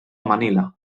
manila